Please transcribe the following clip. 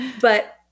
But-